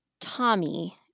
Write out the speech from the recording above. Tommy